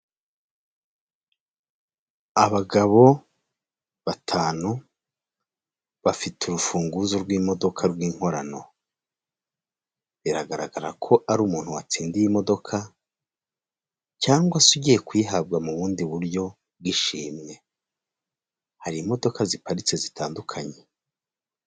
Abagabo batanu bafite urufunguzo rw'imodoka rw'inkorano biragaragara ko ari umuntu watsindiye imodoka cyangwa se ugiye kuyihabwa mu bundi buryo bw'ishimwe, hari imodoka ziparitse zitandukanye.